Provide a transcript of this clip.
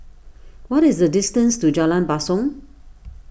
what is the distance to Jalan Basong